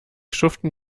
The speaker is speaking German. schuften